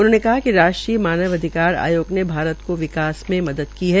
उन्होंने कहा कि राष्ट्रीय मानव अधिकार आयोग ने भारत को विकास में मदद की है